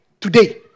today